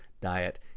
diet